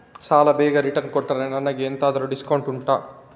ಸಾಲ ಬೇಗ ರಿಟರ್ನ್ ಕೊಟ್ರೆ ನನಗೆ ಎಂತಾದ್ರೂ ಡಿಸ್ಕೌಂಟ್ ಉಂಟಾ